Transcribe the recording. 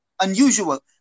unusual